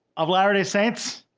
of latter day saints?